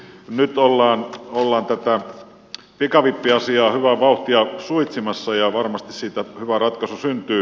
nyt ollaan tätä pikavippiasiaa hyvää vauhtia suitsimassa ja varmasti siitä hyvä ratkaisu syntyy